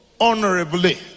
honorably